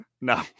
No